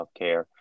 healthcare